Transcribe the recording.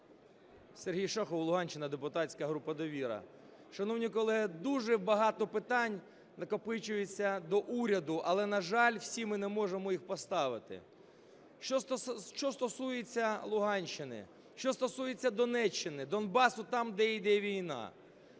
Сергій Шахов Луганщина, депутатська група "Довіра". Шановні колеги, дуже багато питань накопичується до уряду. Але, на жаль, всі ми не можемо їх поставити. Що стосується Луганщини, що стосується Донеччини, Донбасу - там, де йде війна.